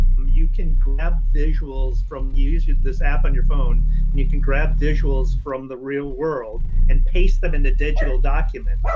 you can grab visuals from using this app on your phone and you can grab visuals from the real world and paste them into digital document.